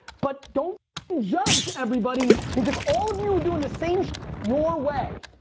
but don't judge everybody because all of you are doing the same your way.